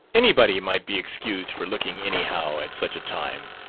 anybody might be excused for looking anyhow, at such a time,